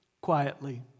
quietly